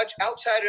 outside